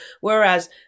whereas